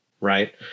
right